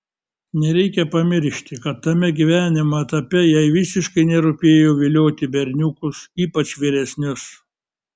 nereikia pamiršti kad tame gyvenimo etape jai visiškai nerūpėjo vilioti berniukus ypač vyresnius